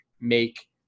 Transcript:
make